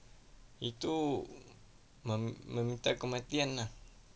itu me~ meminta kematian lah